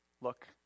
look